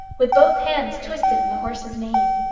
with both hands twisted in the horse's mane.